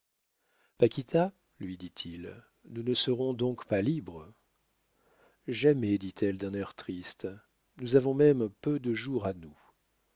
l'aise paquita lui dit-il nous ne serons donc pas libres jamais dit-elle d'un air triste nous avons même peu de jours à nous